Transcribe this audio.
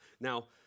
Now